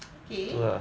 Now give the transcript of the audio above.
okay